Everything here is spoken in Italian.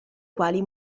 quali